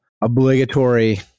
obligatory